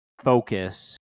focus